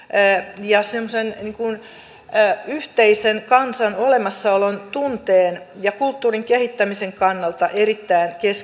ee ja se on se kulttuurin ja yhteisen kansan olemassaolon tunteen ja kulttuurin kehittämisen kannalta erittäin keskeinen tehtävä